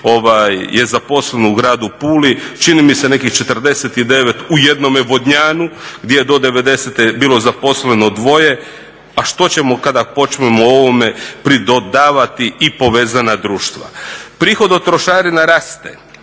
je zaposleno u gradu Puli. Čini mi se nekih 49 u jednome Vodnjanu gdje je do 90-te bilo zaposleno dvoje. A što ćemo kada počnemo o ovome pridodavati i povezana društva? Prihod od trošarina rast